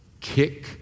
kick